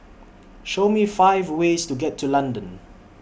Show Me five ways to get to London